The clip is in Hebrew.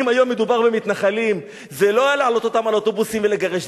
אם היה מדובר במתנחלים זה לא היה להעלות אותם על אוטובוסים ולגרש,